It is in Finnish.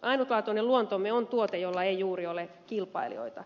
ainutlaatuinen luontomme on tuote jolla ei juuri ole kilpailijoita